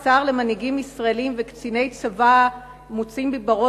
כשבבירות אירופה מוצאים צווי מעצר למנהיגים